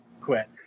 quit